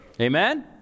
Amen